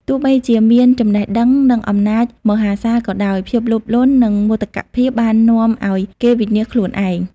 ទោះបីជាមានចំណេះដឹង និងអំណាចមហាសាលក៏ដោយ ភាពលោភលន់ និងមោទកភាពបាននាំឱ្យគេវិនាសខ្លួនឯង ។